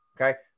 Okay